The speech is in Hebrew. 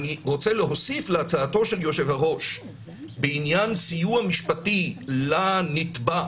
אני רוצה להוסיף להצעתו של היושב-ראש בעניין סיוע משפטי לנתבע,